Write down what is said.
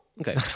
Okay